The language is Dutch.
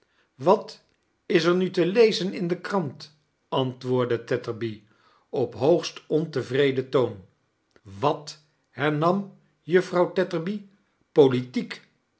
wat is er nu te lezen in de krant antwoordde tetterby op hbogst ontevreden toon wat hernam juffrouw tetterby politiek